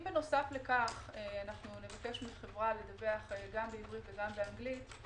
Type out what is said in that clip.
אם בנוסף לכך אנו נבקש מחברה לדווח גם בעברית וגם באנגלית,